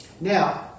Now